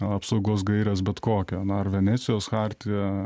apsaugos gaires bet kokia ar venecijos chartija